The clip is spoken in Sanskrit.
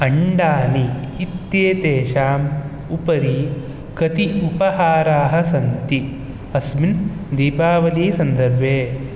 अण्डानि इत्येतेषाम् उपरि कति उपहाराः सन्ति अस्मिन् दीपावलीसन्दर्भे